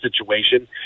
situation